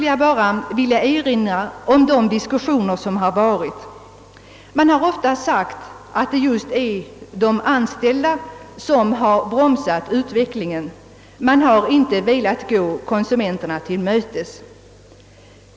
20. Det har i diskussionerna om affärstiderna ofta sagts, att det är de anställda som bromsat utvecklingen i denna fråga och att de inte velat gå konsumenterna till mötes.